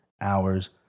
hours